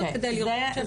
כדי לראות שאנחנו נדע.